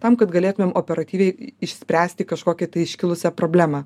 tam kad galėtumėm operatyviai išspręsti kažkokį iškilusią problemą